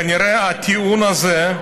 כנראה הטיעון הזה,